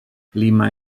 lima